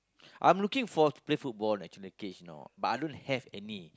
I'm looking forward to play football on natural occassion you know but I don't have any